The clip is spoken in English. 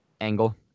angle